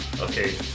Okay